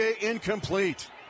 incomplete